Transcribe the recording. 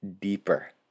deeper